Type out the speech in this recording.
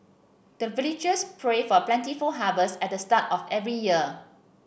the villagers pray for plentiful harvest at the start of every year